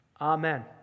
Amen